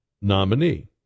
nominee